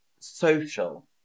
social